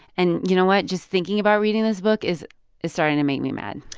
and you know what? just thinking about reading this book is is starting to make me mad.